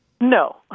No